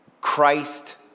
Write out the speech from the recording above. Christ